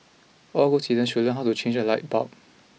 all good citizens should learn how to change a light bulb